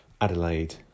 Adelaide